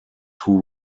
two